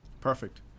Perfect